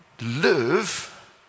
live